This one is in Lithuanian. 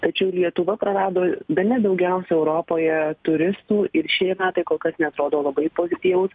tačiau lietuva prarado bene daugiausia europoje turistų ir šie metai kol kas neatrodo labai pozityvūs